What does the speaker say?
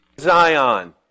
Zion